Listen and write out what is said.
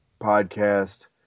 podcast